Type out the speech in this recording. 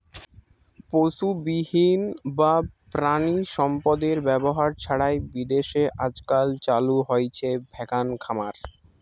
পশুবিহীন বা প্রাণিসম্পদএর ব্যবহার ছাড়াই বিদেশে আজকাল চালু হইচে ভেগান খামার